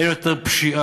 אין יותר פשיעה,